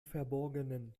verborgenen